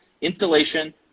installation